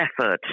effort